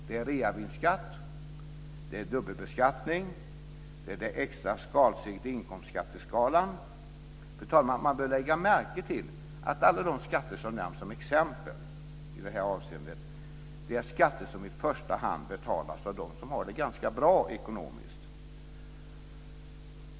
Det gäller reavinstskatt, dubbelbeskattning och det extra skalsteget i inkomstskatteskalan. Man bör lägga märke till att alla de skatter som nämns som exempel i detta avseende är skatter som i första hand betalas av dem som har det ganska bra ekonomiskt.